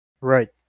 Right